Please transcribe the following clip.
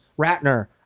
Ratner